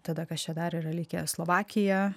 tada kas čia dar yra likę slovakija